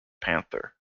panther